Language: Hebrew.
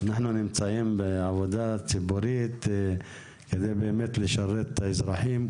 אנחנו נמצאים בעבודה ציבורית כדי לשרת את האזרחים,